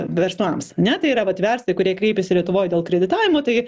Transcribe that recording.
verslams ane tai yra vat verslai kurie kreipiasi lietuvoj dėl kreditavimo tai